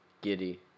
Giddy